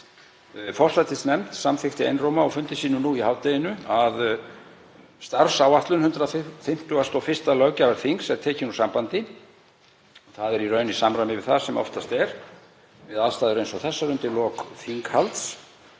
að forsætisnefnd samþykkti einróma á fundi sínum nú í hádeginu að starfsáætlun 151. löggjafarþings yrði tekin úr sambandi. Það er í raun í samræmi við það sem oftast er við aðstæður eins og þessar undir lok þinghalds